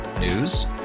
News